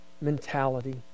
mentality